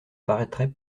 paraîtrait